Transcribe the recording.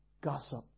Gossip